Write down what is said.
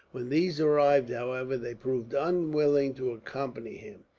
when these arrived, however, they proved unwilling to accompany him.